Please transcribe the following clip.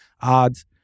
odds